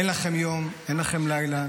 אין לכם יום, אין לכם לילה.